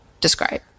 describe